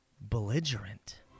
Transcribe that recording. Belligerent